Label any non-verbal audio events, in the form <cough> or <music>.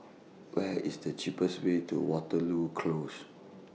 <noise> What IS The cheapest Way to Waterloo Close